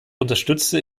unterstütze